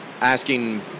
asking